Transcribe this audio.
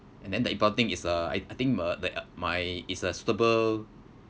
and then the important thing is uh I I think uh th~ my is a suitable